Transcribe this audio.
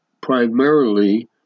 primarily